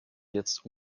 jetzt